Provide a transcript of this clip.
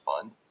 fund